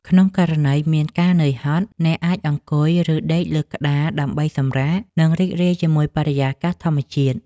ក្នុងករណីមានការហត់នឿយ អ្នកអាចអង្គុយ ឬដេកលើក្តារដើម្បីសម្រាក និងរីករាយជាមួយបរិយាកាសធម្មជាតិ។